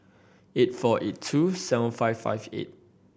eight four eight two seven five five eight